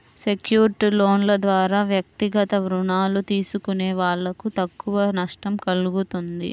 secured లోన్ల ద్వారా వ్యక్తిగత రుణాలు తీసుకునే వాళ్ళకు తక్కువ నష్టం కల్గుతుంది